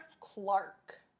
Clark